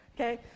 Okay